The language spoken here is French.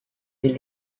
mais